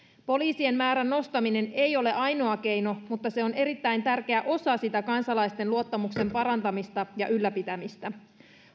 poliisien määrän nostaminen ei ole ainoa keino mutta se on erittäin tärkeä osa sitä kansalaisten luottamuksen parantamista ja ylläpitämistä